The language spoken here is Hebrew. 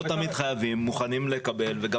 לא תמיד חייבים מוכנים לקבל.